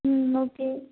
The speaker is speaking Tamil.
ம் ஓகே